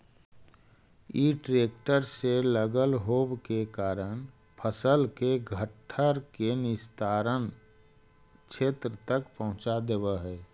इ ट्रेक्टर से लगल होव के कारण फसल के घट्ठर के निस्तारण क्षेत्र तक पहुँचा देवऽ हई